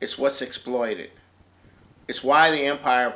it's what's exploited it's why the empire